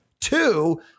Two